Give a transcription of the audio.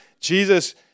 Jesus